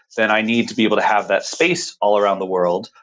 then i need to be able to have that space all around the world.